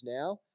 now